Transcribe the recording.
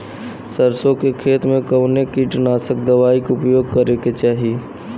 सरसों के खेत में कवने कीटनाशक दवाई क उपयोग करे के चाही?